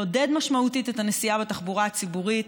לעודד משמעותית את הנסיעה בתחבורה הציבורית,